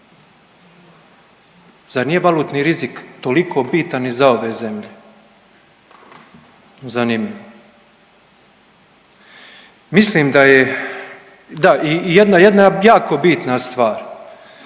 Zar nije valutni rizik toliko bitan i za ove zemlje? Zanimljivo. Mislim da je, da i jedna jako bitna stvar,